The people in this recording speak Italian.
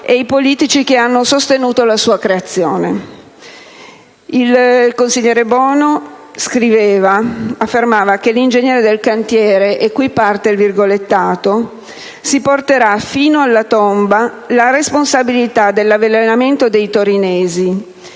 e i politici che hanno sostenuto la sua creazione. Il consigliere Bono ha affermato che l'ingegnere del cantiere «si porterà fino alla tomba la responsabilità dell'avvelenamento dei torinesi»,